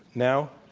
now?